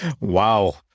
Wow